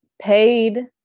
paid